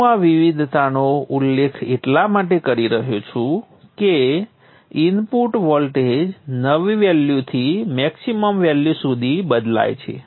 હું આ વિવિધતાનો ઉલ્લેખ એટલા માટે કરી રહ્યો છું કે ઇનપુટ વોલ્ટેજ નવી વેલ્યુથી મેક્સીમમ વેલ્યુ સુધી બદલાય છે